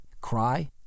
cry